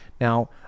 Now